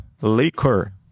liquor